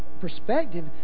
perspective